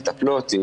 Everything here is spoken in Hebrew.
למטפלות,